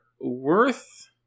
worth